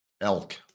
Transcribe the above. elk